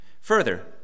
Further